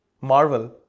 Marvel